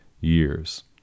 years